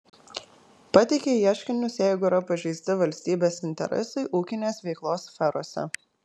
pateikia ieškinius jeigu yra pažeisti valstybės interesai ūkinės veiklos sferose